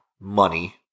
Money